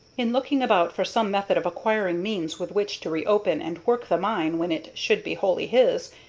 in looking about for some method of acquiring means with which to reopen and work the mine when it should be wholly his,